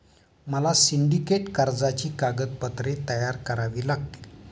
मला सिंडिकेट कर्जाची कागदपत्रे तयार करावी लागतील